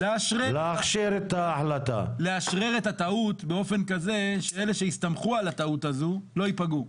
לאשרר את הטעות באופן כזה שאלה שהסתמכו על הטעות הזו לא ייפגעו.